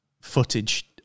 footage